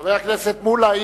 חבר הכנסת מולה,